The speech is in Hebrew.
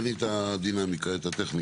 תסביר לי את הדינמיקה, את הטכניקה.